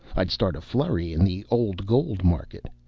i'd start a flurry in the old-gold market.